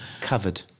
covered